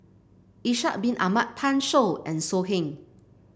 Ishak Bin Ahmad Pan Shou and So Heng